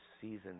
season